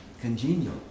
congenial